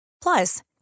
Plus